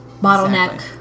bottleneck